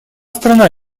страна